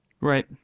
Right